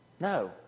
No